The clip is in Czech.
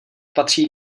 patří